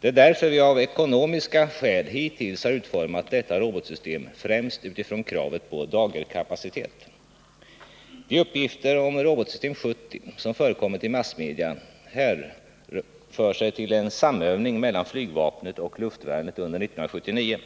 Det är därför vi av ekonomiska skäl hittills har utformat detta robotsystem främst utifrån kravet på dagerkapacitet. De uppgifter om robotsystem 70 som förekommit i massmedia hänför sig tillen samövning mellan flygvapnet och luftvärnet under 1979.